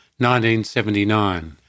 1979